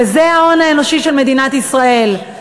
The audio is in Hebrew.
וזה ההון של מדינת ישראל,